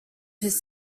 his